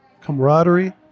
camaraderie